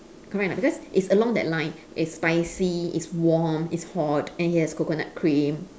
correct or not because it's along that line it's spicy it's warm it's hot and it has coconut cream